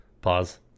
pause